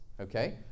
okay